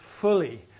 fully